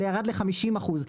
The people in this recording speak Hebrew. אלא ירד ל-50 אחוז,